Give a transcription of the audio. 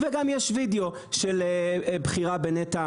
וגם יש וידאו של בכירה בנת"ע,